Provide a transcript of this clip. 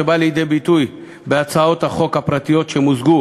שבא לידי ביטוי בהצעות החוק הפרטיות שמוזגו